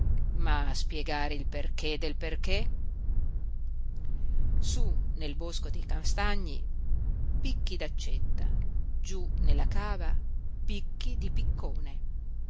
ma a spiegare il perché del perché sú nel bosco dei castagni picchi d'accetta giú nella cava picchi di piccone